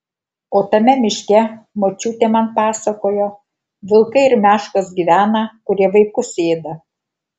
o tame miške močiutė man pasakojo vilkai ir meškos gyvena kurie vaikus ėda